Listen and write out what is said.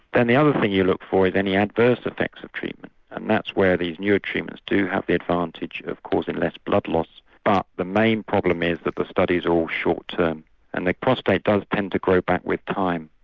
then the other thing you look for is any adverse effects of treatment and that's where these newer treatments do have the advantage of causing less blood loss but the main problem is that the studies are all short term and the prostate does tend to grow back with time.